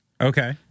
Okay